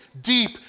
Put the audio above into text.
deep